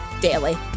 daily